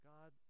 God